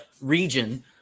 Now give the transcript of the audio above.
region